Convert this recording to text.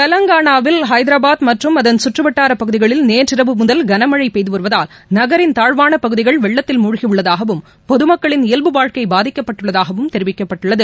தெவங்கானாவில் ஹைதராபாத் மற்றும் அதன் சுற்று வட்டாரப் பகுதிகளில் நேற்றிரவு முதல் கனமழை பெய்து வருவதால் நகரின் தாழ்வான பகுதிகள் வெள்ளத்தில் மூழ்கியுள்ளதாகவும் பொதுமக்களின் இயல்பு வாழ்க்கை பாதிக்கப்பட்டுள்ளதாகவும் தெரிவிக்கப்பட்டுள்ளது